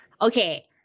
okay